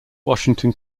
washington